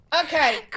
Okay